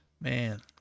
Man